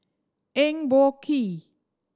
Eng Boh Kee